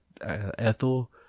Ethel